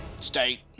State